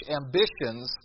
ambitions